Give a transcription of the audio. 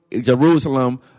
Jerusalem